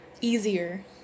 easier